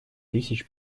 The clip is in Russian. тысяч